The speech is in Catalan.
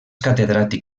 catedràtic